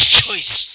choice